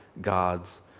God's